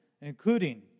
including